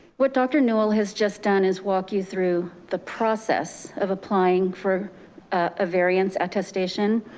what dr. newel has just done is walk you through the process of applying for a variance attestation,